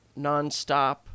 nonstop